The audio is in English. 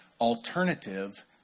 alternative